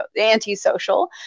anti-social